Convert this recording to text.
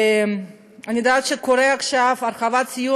אני יודעת שיש עכשיו הרחבה של הסיוע